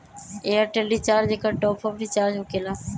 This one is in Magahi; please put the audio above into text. ऐयरटेल रिचार्ज एकर टॉप ऑफ़ रिचार्ज होकेला?